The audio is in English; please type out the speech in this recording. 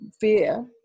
fear